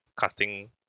casting